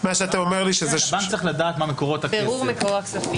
הבנק צריך לדעת מה מקורות הכסף,